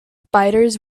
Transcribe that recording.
spiders